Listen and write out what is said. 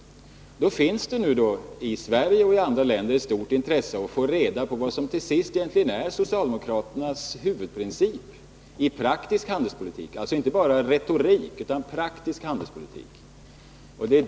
Det finns i Sverige och i andra länder ett stort intresse av att få reda på vad som till sist är socialdemokraternas huvudprincip i praktisk handelspolitik, dvs. inte bara i retorik.